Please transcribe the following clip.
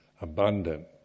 abundant